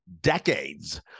decades